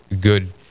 good